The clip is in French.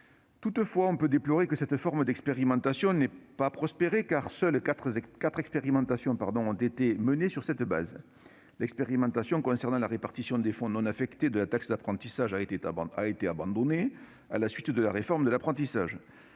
Toutefois, on peut déplorer que cette forme d'expérimentation n'ait pas prospéré, puisque seules quatre expérimentations ont été menées sur son fondement : l'expérimentation concernant la répartition des fonds non affectés de la taxe d'apprentissage, qui a été abandonnée à la suite de la réforme de l'apprentissage,